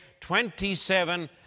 27